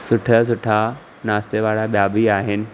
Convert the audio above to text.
सुठा सुठा नाश्ते वारा ॿिया बि आहिनि